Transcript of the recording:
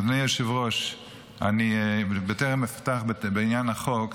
אדוני היושב-ראש, בטרם אפתח בעניין החוק,